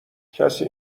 کسی